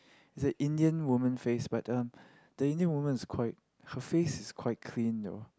is an Indian woman face but um the Indian woman is quite her face is quite clean though